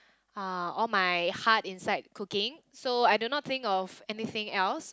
uh all my heart inside cooking so I do not think of anything else